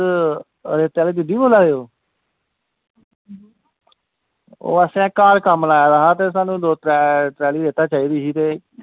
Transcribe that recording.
hello हां जी तुस दीदी बोल्ले दे हो ओ असें घर कम्म लाए दा हा ते स्हानू दो त्रै ट्राली रेता चाही दी ही ते